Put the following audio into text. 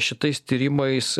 šitais tyrimais